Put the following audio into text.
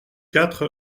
quatre